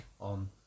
on